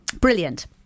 Brilliant